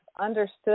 understood